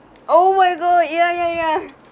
oh my god ya ya ya